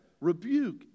rebuke